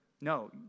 no